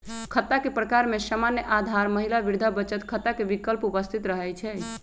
खता के प्रकार में सामान्य, आधार, महिला, वृद्धा बचत खता के विकल्प उपस्थित रहै छइ